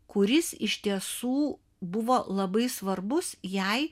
kuris iš tiesų buvo labai svarbus jai